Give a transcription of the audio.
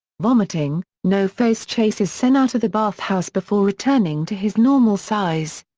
vomiting, no-face chases sen out of the bathhouse before returning to his normal size.